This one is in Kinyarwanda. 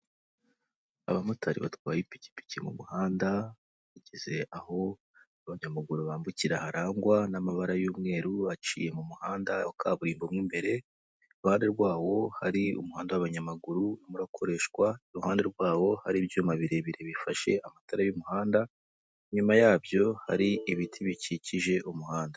Abamotari batwaye ipikipiki mu muhanda bageze aho abanyamaguru bambukira harangwa n'amabara y'umweru aciye mu muhanda waburimbo mo imbere. Iruhande rwawo hari umuhanda w'abanyamaguru urimo urakoreshwa. Iruhande rwawo hari ibyuma birebire bifashe amatara y'umuhanda. Inyuma yabyo hari ibiti bikikije umuhanda.